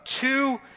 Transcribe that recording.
two